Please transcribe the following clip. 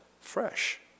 fresh